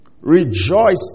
rejoice